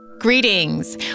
Greetings